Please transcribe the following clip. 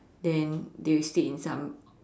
then then we stayed in some